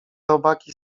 robaki